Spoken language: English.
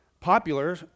popular